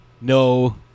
no